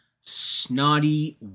snotty